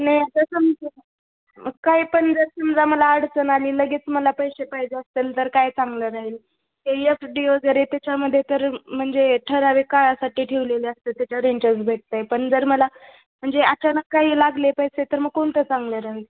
नाही आता समजा काय पण जर समजा मला अडचण आली लगेच मला पैसे पाहिजे असेल तर काय चांगलं राहील हे एफ डी वगैरे त्याच्यामध्ये तर म्हणजे ठराविक काळासाठी ठेवलेले असतं त्याच्यावर इंटरेस्ट भेटतं आहे पण जर मला म्हणजे अचानक काही लागले पैसे तर मग कोणतं चांगलं राहील